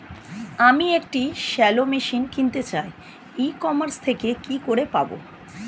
আমি একটি shallow machine কিনতে চাই ই কমার্স থেকে কি করে পাবো?